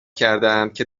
کردندکه